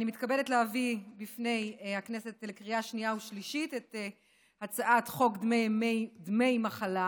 אני מתכבדת להביא לפני הכנסת לקריאה שנייה ושלישית את הצעת חוק דמי מחלה